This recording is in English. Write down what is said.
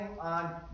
on